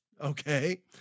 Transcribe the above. okay